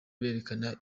berekana